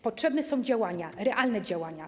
Potrzebne są działania, realne działania.